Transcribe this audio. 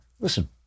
Listen